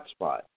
Hotspot